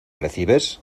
recibes